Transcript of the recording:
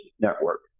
network